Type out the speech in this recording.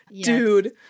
dude